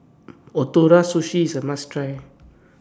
Ootoro Sushi IS A must Try